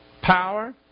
power